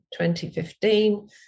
2015